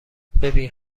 ببین